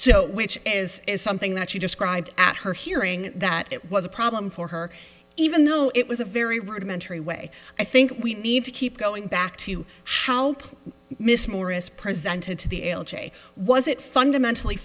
so which is something that she described at her hearing that it was a problem for her even though it was a very rudimentary way i think we need to keep going back to how miss morris presenting to the l g a was it fundamentally